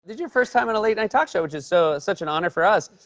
your first time on a late-night talk show, which is so such an honor for us.